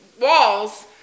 walls